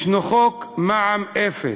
יש חוק מע"מ אפס,